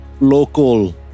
local